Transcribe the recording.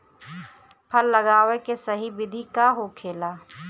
फल लगावे के सही विधि का होखेला?